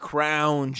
Crown